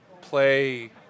play